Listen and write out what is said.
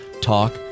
Talk